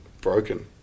broken